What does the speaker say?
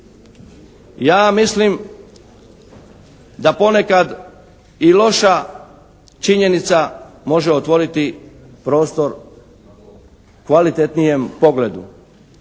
ja mislim da ponekad i loša činjenica može otvoriti prostor kvalitetnijem pogledu.